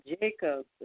Jacob